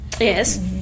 Yes